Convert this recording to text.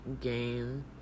game